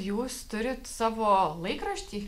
jūs turit savo laikraštį